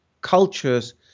cultures